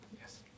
yes